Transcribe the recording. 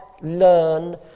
learn